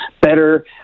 better